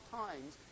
times